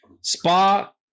Spa